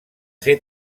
ser